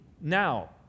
now